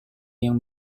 yang